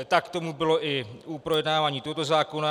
Tak tomu bylo i u projednávání tohoto zákona.